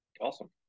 Awesome